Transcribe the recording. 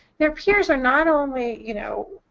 their peers are not only, you know,